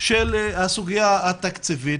של הסוגיה התקציבית.